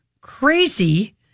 crazy